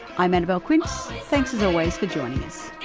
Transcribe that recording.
i'm annabelle quince, thanks as always, for joining us.